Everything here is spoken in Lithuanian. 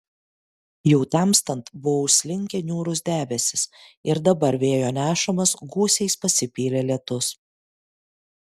jau temstant buvo užslinkę niūrūs debesys ir dabar vėjo nešamas gūsiais pasipylė lietus